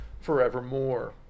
forevermore